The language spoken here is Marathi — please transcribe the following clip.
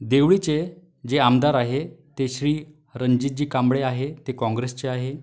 देवळीचे जे आमदार आहे ते श्री रंजितजी कांबळे आहे ते काँग्रेसचे आहे